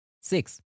Six